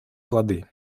плоды